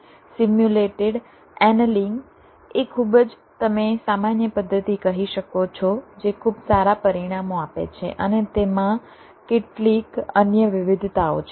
simulated annealing એ ખૂબ જ તમે સામાન્ય પદ્ધતિ કહી શકો છો જે ખૂબ સારા પરિણામો આપે છે અને તેમાં કેટલીક અન્ય વિવિધતાઓ છે